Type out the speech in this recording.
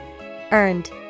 Earned